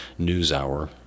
NewsHour